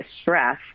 stress